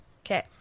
Okay